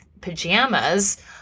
pajamas